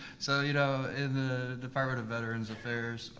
so you know in the department of veterans affairs,